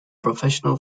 professional